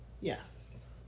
Yes